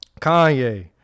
Kanye